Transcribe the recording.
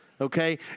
okay